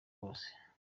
bose